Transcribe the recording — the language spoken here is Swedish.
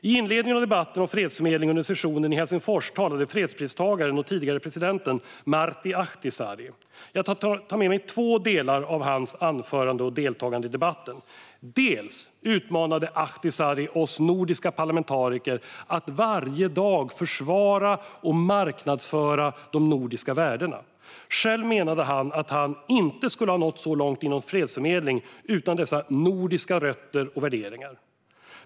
I inledningen av debatten om fredsförmedling under sessionen i Helsingfors talade fredspristagaren och tidigare presidenten Martti Ahtisaari. Jag tar med mig två delar av hans anförande och deltagande i debatten. Först och främst utmanade Ahtisaari oss nordiska parlamentariker att varje dag försvara och marknadsföra de nordiska värdena. Själv menade han att han inte skulle ha nått så långt inom fredsförmedling utan dessa nordiska rötter och värderingar.